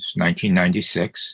1996